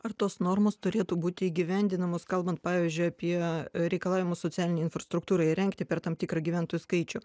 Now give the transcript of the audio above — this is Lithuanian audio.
ar tos normos turėtų būt įgyvendinamos kalbant pavyzdžiui apie reikalavimus socialinei infrastruktūrai įrengti per tam tikrą gyventojų skaičių